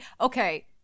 Okay